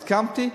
הסכמתי,